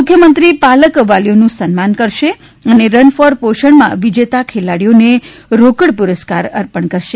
મુખ્યમંત્રી પાલક વાલીઓનું સન્માન કરશે અને રન ફોર પોષણમાં વિજેતા ખેલાડીને રોકડ પુરસ્કાર અર્પણ કરશે